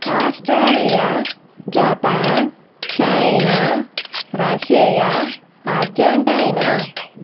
Australia Japan China Russia Argentina